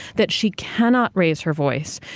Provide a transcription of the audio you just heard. that she cannot raise her voice.